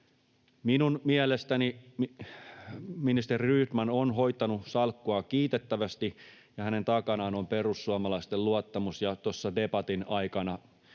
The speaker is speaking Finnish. Minun mielestäni ministeri Rydman on hoitanut salkkua kiitettävästi, ja hänen takanaan on perussuomalaisten luottamus. Tuossa debatin aikana